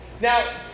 Now